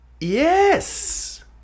Yes